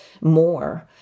more